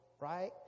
right